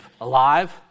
alive